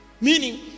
Meaning